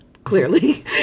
clearly